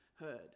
heard